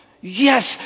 Yes